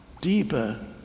deeper